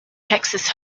texas